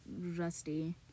rusty